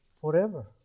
forever